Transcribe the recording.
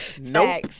Nope